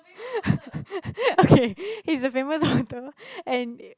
okay he's a famous author and